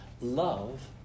Love